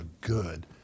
good